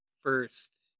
first